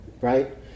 right